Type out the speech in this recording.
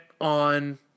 on